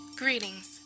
Greetings